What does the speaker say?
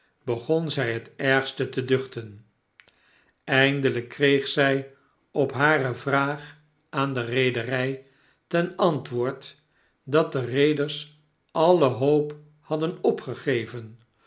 begon zg het ergste te duchten eindelgk kreeg zg op hare vraag aan de reederg ten antwoord dat de reeders alle hoop hadden opgegeven